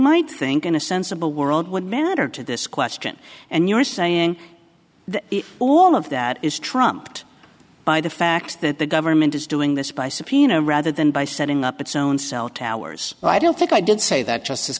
might think in a sensible world would matter to this question and you're saying that all of that is trumped by the fact that the government is doing this by subpoena rather than by setting up its own cell towers but i don't think i did say that just